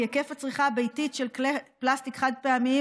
כי היקף הצריכה הביתית של כלי פלסטיק חד-פעמיים